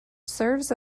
serves